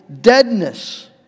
deadness